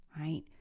right